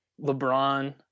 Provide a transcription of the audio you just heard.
LeBron